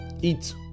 eat